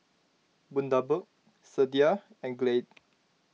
Bundaberg Sadia and Glade